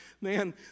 Man